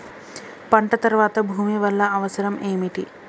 పంట తర్వాత భూమి వల్ల అవసరం ఏమిటి?